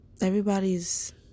Everybody's